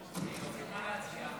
(תיקון מס' 9 והוראת שעה) (צריכת פרסומי טרור),